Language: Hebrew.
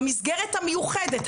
במסגרת המיוחדת,